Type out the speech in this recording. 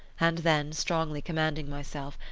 and then, strongly commanding myself,